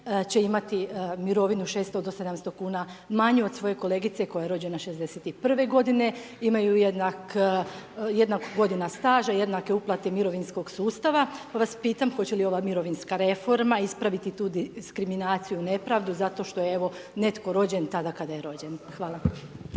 će imati mirovinu 600-700 kn manju, od svoje kolegice koja je rođena '61. g. Imaju jednak godinu staža, jednaku uplatu mirovinskog sustava, pa vas pitam, hoće li ova mirovinska reforma, ispraviti tu diskriminaciju, nepravdu, zato što je evo, netko rođen tada kada je rođen. Hvala.